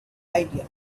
idea